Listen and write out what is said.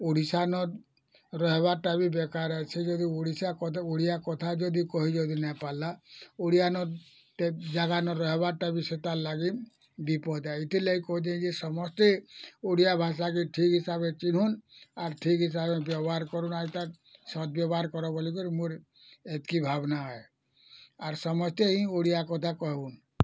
ଓଡ଼ିଶା ନ ରହିବା ଟା ବି ବେକାର୍ ଅଛି ଯଦି ଓଡ଼ିଶା ଓଡ଼ିଆ କଥା ଯଦି କହି ନାଇଁ ପାରଲା ଓଡ଼ିଆ ନ ଟେକ୍ ଜାଗାନ ରହିବା ଟା ବି ସେଇଟା ଲାଗିନ୍ ବିପଦାୟ ଏଥିଲାଗି କହୁଥିଲି ଯେ ସମସ୍ତେ ଓଡ଼ିଆ ଭାଷାକେ ଠିକ୍ ହିସାବେ ଚିହ୍ନନ୍ ଆର୍ ଠିକ୍ ହିସାବେ ବ୍ୟବହାର୍ କରୁନା ଇଟା ସତ୍ ବ୍ୟବହାର୍ କର ବୋଲିକରି ମୋର୍ ଏତକି ଭାବନା ହେଁ ଆର୍ ସମସ୍ତେ ଏଇ ଓଡ଼ିଆ କଥା କହିବ